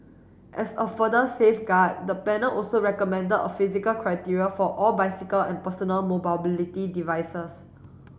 as a further safeguard the panel also recommended a physical criteria for all bicycle and personal mobility devices